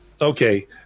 Okay